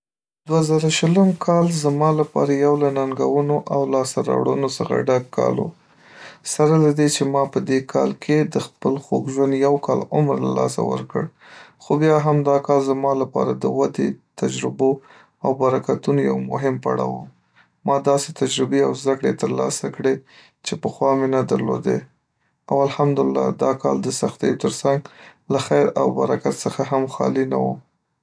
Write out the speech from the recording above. دوه زره شلم کال زما لپاره یو له ننګونو او لاسته راوړنو څخه ډک کال و. سره له دې چې ما په دې کال کې د خپل خوږ ژوند یو کال عمر له لاسه ورکړ، خو بیا هم دا کال زما لپاره د ودې، تجربو او برکتونو یو مهم پړاو و. ما داسې تجربې او زده‌کړې ترلاسه کړې چې پخوا مې نه درلودې او الحمد لله، دا کال د سختیو تر څنګ له خیر او برکت څخه هم خالي نه و.